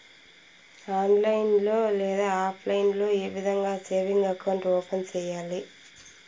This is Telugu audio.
ఆన్లైన్ లో లేదా ఆప్లైన్ లో ఏ విధంగా సేవింగ్ అకౌంట్ ఓపెన్ సేయాలి